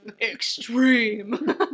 Extreme